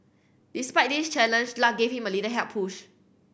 despite this challenge luck gave him a little helpful push